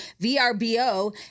VRBO